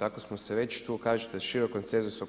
Ako smo se već tu kako kažete … konsenzus